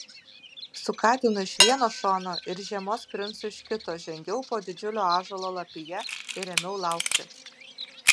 su katinu iš vieno šono ir žiemos princu iš kito žengiau po didžiulio ąžuolo lapija ir ėmiau laukti